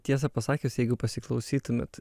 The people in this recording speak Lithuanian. tiesa pasakius jeigu pasiklausytumėt